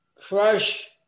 Crush